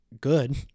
good